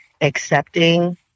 accepting